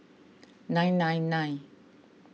nine nine nine